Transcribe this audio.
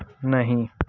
नहीं